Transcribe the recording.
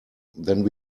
then